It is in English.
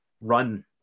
run